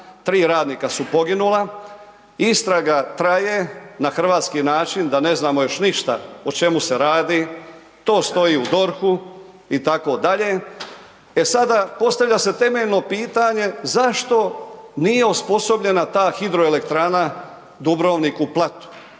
tri radnika su poginula, istraga traje, na hrvatski način da ne znamo još ništa o čemu se radi, to stoji u DORH-u itd. E sada postavlja se temeljno pitanje zašto nije osposobljena ta HE Dubrovnik u Platu.